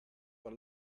the